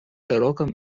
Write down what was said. широком